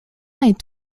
est